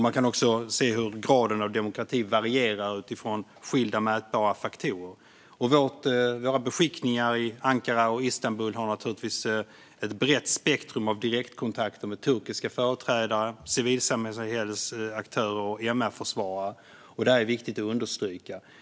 Man kan också se hur graden av demokrati varierar utifrån skilda mätbara faktorer. Våra beskickningar i Ankara och Istanbul har naturligtvis ett brett spektrum av direktkontakter med turkiska företrädare, aktörer från civilsamhället och MR-försvarare. Detta är viktigt att understryka.